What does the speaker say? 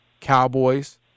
Cowboys